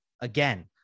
again